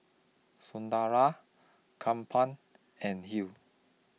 Sunderlal and Hill